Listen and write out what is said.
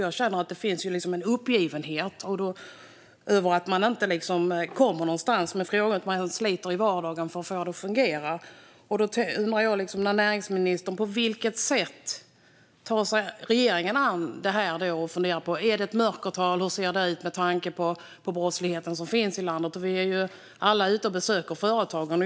Jag känner att det finns en uppgivenhet inför att man inte kommer någonstans med frågorna. Man sliter i vardagen för att få det att fungera. Då undrar jag: På vilket sätt tar sig regeringen an detta? Är det ett mörkertal? Hur ser det ut med tanke på brottsligheten som finns i landet? Vi är alla ute och besöker företagen.